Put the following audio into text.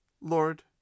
Lord